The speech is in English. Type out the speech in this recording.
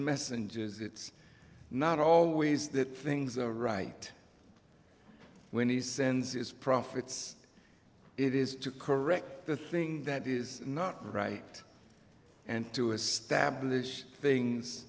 messengers it's not always that things are right when he sends his prophets it is to correct the thing that is not right and to establish things